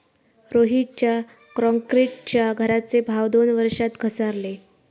रोहितच्या क्रॉन्क्रीटच्या घराचे भाव दोन वर्षात घसारले